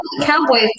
Cowboys